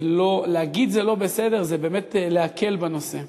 להגיד "זה לא בסדר" זה באמת להקל בנושא.